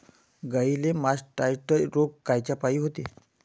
गाईले मासटायटय रोग कायच्यापाई होते?